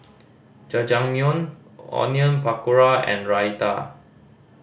Jajangmyeon Onion Pakora and Raita